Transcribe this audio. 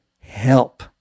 help